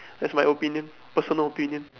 that's my opinion personal opinion